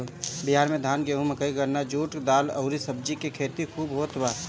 बिहार में धान, गेंहू, मकई, गन्ना, जुट, दाल अउरी सब्जी के खेती खूब होत हवे